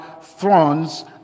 thrones